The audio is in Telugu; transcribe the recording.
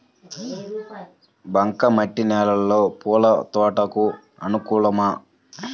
బంక మట్టి నేలలో పూల తోటలకు అనుకూలమా?